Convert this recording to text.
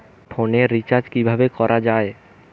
ফোনের রিচার্জ কিভাবে করা যায়?